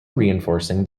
reinforcing